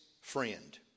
friend